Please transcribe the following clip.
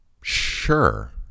Sure